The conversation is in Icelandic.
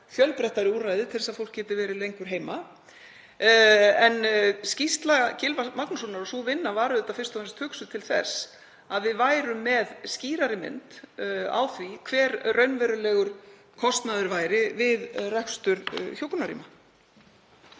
fjölbreyttari úrræði til þess að fólk geti verið lengur heima. En skýrsla Gylfa Magnússonar og sú vinna var auðvitað fyrst og fremst hugsuð til þess að við værum með skýrari mynd af því hver raunverulegur kostnaður væri við rekstur hjúkrunarrýma.